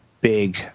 big